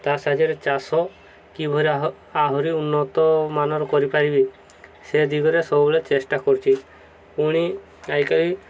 ତା ସାହାଯ୍ୟରେ ଚାଷ କିଭଳି ଆହୁରି ଉନ୍ନତମାନର କରିପାରିବି ସେ ଦିଗରେ ସବୁବେଳେ ଚେଷ୍ଟା କରୁଛି ପୁଣି ଆଜିକାଲି